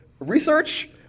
Research